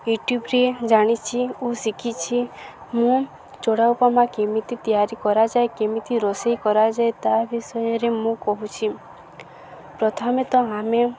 ୟୁଟ୍ୟୁବ୍ରେ ଜାଣିଛି ଓ ଶିଖିଛି ମୁଁ ଚୂଡ଼ା ଉପମା କେମିତି ତିଆରି କରାଯାଏ କେମିତି ରୋଷେଇ କରାଯାଏ ତା' ବିଷୟରେ ମୁଁ କହୁଛି ପ୍ରଥମେ ତ ଆମେ